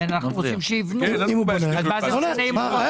הרי אנחנו רוצים שיבנו ואז מה זה משנה אם הוא